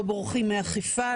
לא בורחים מאכיפה,